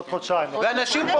בעוד חודש וחצי.